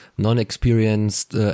Non-experienced